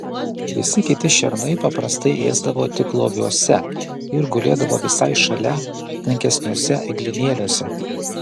visi kiti šernai paprastai ėsdavo tik loviuose ir gulėdavo visai šalia tankesniuose eglynėliuose